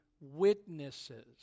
witnesses